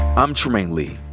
i'm trymaine lee,